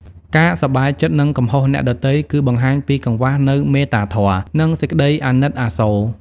ការសប្បាយចិត្តនឹងកំហុសអ្នកដទៃ គឺបង្ហាញពីកង្វះនូវមេត្តាធម៌ និងសេចក្តីអាណិតអាសូរ។